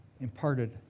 imparted